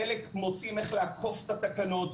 חלק מוצאים איך לעקוף את התקנות,